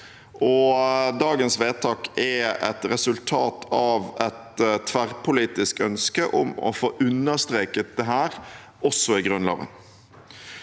dagens vedtak er et resultat av et tverrpolitisk ønske om å få understreket dette også i Grunnloven.